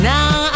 Now